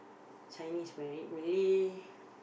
Chinese married Malay